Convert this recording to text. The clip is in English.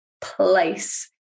place